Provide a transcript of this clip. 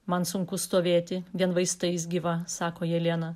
man sunku stovėti vien vaistais gyva sako jelena